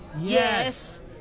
Yes